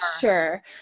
sure